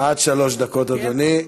עד שלוש דקות, אדוני.